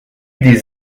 des